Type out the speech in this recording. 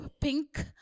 pink